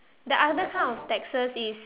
the other kind of taxes is